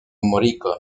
morricone